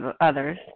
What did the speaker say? others